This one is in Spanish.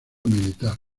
militar